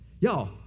Y'all